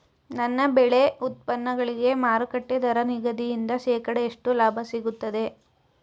ನನ್ನ ಬೆಳೆ ಉತ್ಪನ್ನಗಳಿಗೆ ಮಾರುಕಟ್ಟೆ ದರ ನಿಗದಿಯಿಂದ ಶೇಕಡಾ ಎಷ್ಟು ಲಾಭ ಸಿಗುತ್ತದೆ?